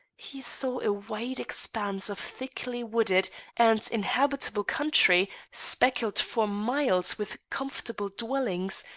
he saw a wide expanse of thickly-wooded and inhabitable country speckled for miles with comfortable dwellings,